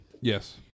Yes